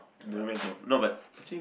don't know when to no but I think